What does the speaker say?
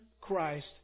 Christ